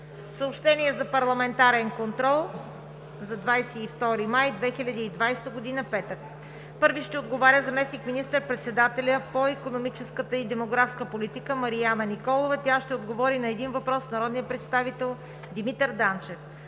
Съобщения за парламентарен контрол за 22 май 2020 г., петък: 1. Заместник министър-председателят по икономическата и демографската политика Марияна Николова ще отговори на един въпрос от народния представител Димитър Данчев.